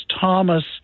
Thomas –